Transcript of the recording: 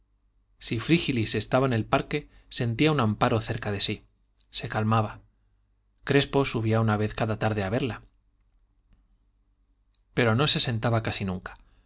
si frígilis estaba en el parque sentía un amparo cerca de sí se calmaba crespo subía una vez cada tarde a verla pero no se sentaba casi nunca